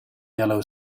yellow